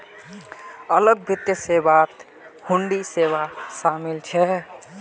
अलग वित्त सेवात हुंडी सेवा शामिल छ